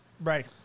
Right